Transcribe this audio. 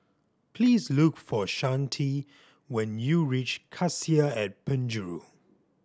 please look for Shante when you reach Cassia at Penjuru